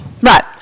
Right